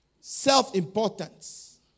Self-importance